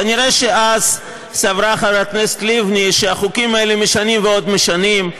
כנראה אז סברה חברת הכנסת לבני שהחוקים האלה משנים ועוד איך משנים,